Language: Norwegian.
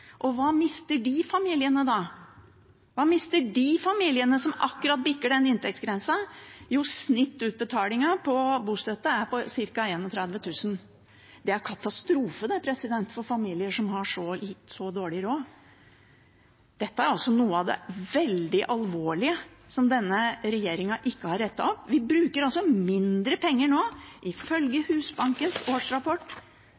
bostøtte. Hva mister de familiene da? Hva mister de familiene som akkurat bikker over den inntektsgrensen? Jo, snittutbetalingen for bostøtte er på ca. 31 000 kr. Det er en katastrofe for familier som har så dårlig råd. Dette er noe av det veldig alvorlige som denne regjeringen ikke har rettet opp. Vi bruker altså mindre penger nå,